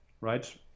Right